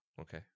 okay